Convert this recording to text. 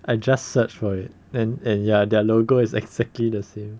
I just search for it then and ya their logo is exactly the same